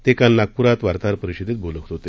ते काल नागपूरात वार्ताहर परिषदेत बोलत होते